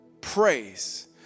praise